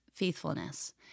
faithfulness